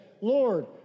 Lord